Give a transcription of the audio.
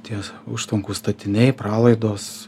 ties užtvankų statiniai pralaidos